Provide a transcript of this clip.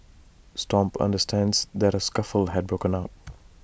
stomp understands that A scuffle had broken out